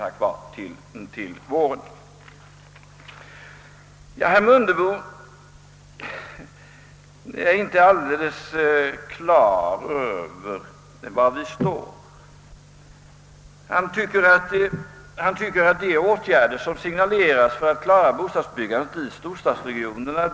Jag är inte riktigt på det klara med var herr Mundebo står i denna fråga. Han säger att han inte är beredd att hysa fullt förtroende för de åtgärder som signalerats för att klara bostadsbyggandet i storstadsregionerna.